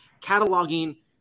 cataloging